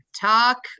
Talk